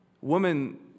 women